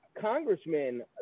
congressman